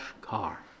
car